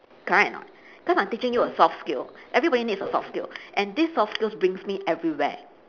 correct or not because I'm teaching you a soft skill everybody needs a soft skill and this soft skills brings me everywhere